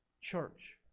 church